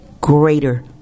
greater